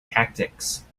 tactics